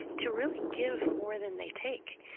to really give more than they take.